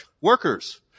workers